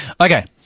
Okay